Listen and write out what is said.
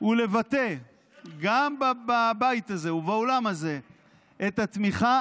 ולבטא גם בבית הזה ובאולם הזה את התמיכה